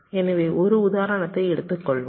எனவே ஒரு உதாரணத்தை எடுத்துக்கொள்வோம்